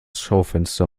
schaufenster